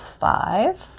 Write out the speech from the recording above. five